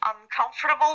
uncomfortable